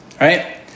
right